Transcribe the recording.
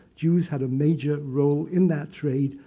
jews had a major role in that trade.